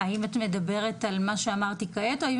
האם את מדברת על מה שאמרתי כעת או האם